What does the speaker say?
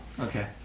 Okay